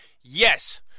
yes